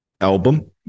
album